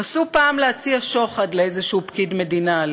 נסו פעם להציע שוחד לאיזשהו פקיד מדינה,